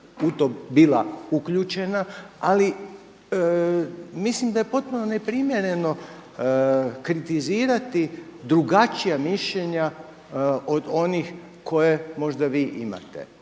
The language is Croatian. u to bila uključena ali mislim da je potpuno neprimjereno kritizirati drugačija mišljenja od onih koje možda vi imate.